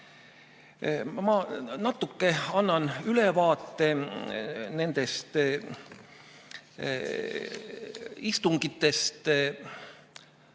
Ma annan ülevaate nendest istungitest.